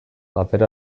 paper